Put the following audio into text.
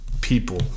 people